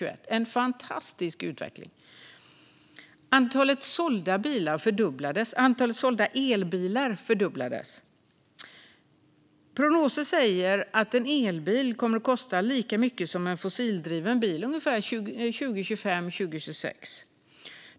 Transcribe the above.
Det är en fantastisk utveckling. Antalet sålda elbilar dubblerades. Prognoser säger att en elbil kommer att kosta lika mycket som en fossildriven bil år 2025 eller 2026.